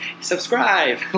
subscribe